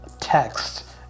text